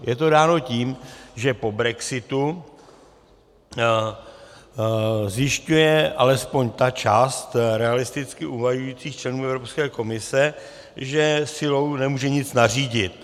Je to dáno tím, že po brexitu zjišťuje alespoň ta část realisticky uvažujících členů Evropské komise, že silou nemůže nic nařídit.